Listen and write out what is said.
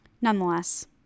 nonetheless